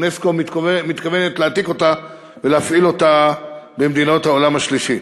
אונסק"ו מתכוונת להעתיק אותה ולהפעיל אותה במדינות העולם השלישי.